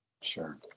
sure